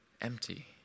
empty